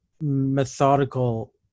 methodical